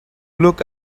look